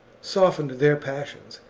softened their passions,